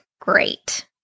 great